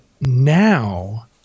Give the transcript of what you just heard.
now